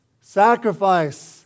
sacrifice